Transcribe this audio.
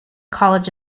college